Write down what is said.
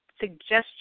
suggestion